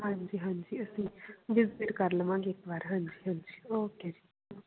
ਹਾਂਜੀ ਹਾਂਜੀ ਅਸੀਂ ਜਿਸ ਦਿਨ ਕਰ ਲਵਾਂਗੇ ਇੱਕ ਵਾਰ ਹਾਂਜੀ ਹਾਂਜੀ ਓਕੇ ਜੀ